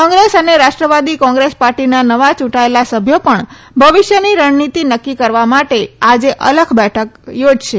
કોંગ્રેસ અને રાષ્ટ્રવાદી કોંગ્રેસ પાર્ટીના નવા યૂંટાયેલા સભ્યો પણ ભવિષ્યની રણનીતિ નક્કી કરવા માટે આજે અલગ બેઠક યોજશે